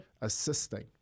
assisting